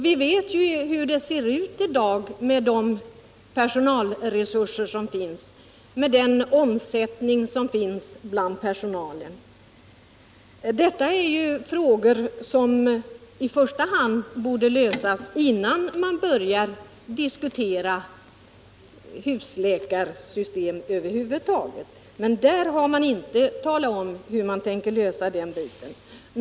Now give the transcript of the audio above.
Vi vet hur det ser ut i dag, vilka personalresurser som finns och vilken omsättning som sker bland personalen. Detta är frågor som borde lösas innan man börjar diskutera ett husläkarsystem över huvud taget. Men folkpartiet har inte talat om hur man tänker klara den biten.